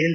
L